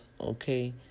okay